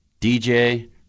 DJ